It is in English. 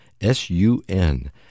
S-U-N